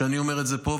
ואני אומר את זה פה,